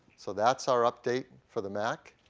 so that's our update for the mac.